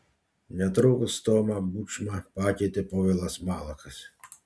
netrukus tomą bučmą pakeitė povilas malakas